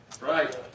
Right